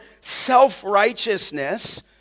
self-righteousness